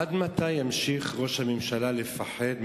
עד מתי ימשיך ראש הממשלה לפחד מאובמה?